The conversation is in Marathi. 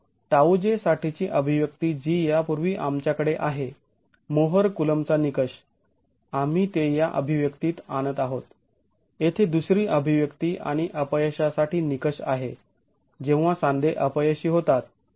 तर τj साठीची अभिव्यक्ती जी यापूर्वी आमच्याकडे आहे मोहर कुलोंबचा निकष आम्ही ते या अभिव्यक्तीत आणत आहोत येथे दुसरी अभिव्यक्ती आणि अपयशासाठी निकष आहे जेव्हा सांधे अपयशी होतात